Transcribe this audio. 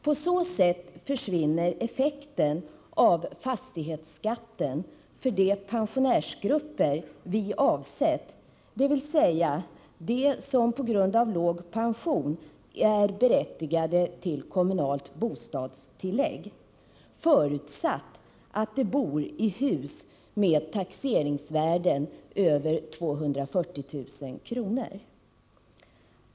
På det sättet försvinner effekten av fastighetsskatten när det gäller de pensionärsgrupper som vi avsett — dvs. de pensionärer som på grund av låg pension är berättigade till kommunalt bostadstillägg — förutsatt att de bor i hus med taxeringsvärden på över 240 000 kr.